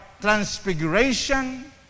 transfiguration